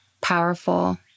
powerful